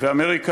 ואמריקה,